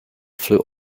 flew